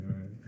Right